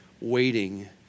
waiting